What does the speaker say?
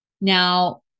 Now